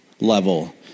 level